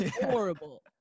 horrible